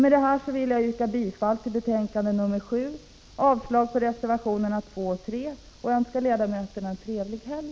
Med detta vill jag yrka bifall till utskottets hemställan och avslag på reservationerna 2 och 3 och önska ledamöterna en trevlig helg.